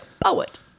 Poet